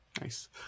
Nice